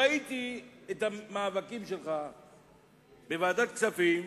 ראיתי את המאבקים שלך בוועדת הכספים,